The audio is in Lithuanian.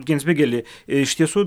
genzbigeli iš tiesų